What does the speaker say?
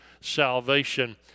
salvation